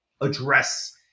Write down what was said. address